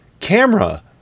camera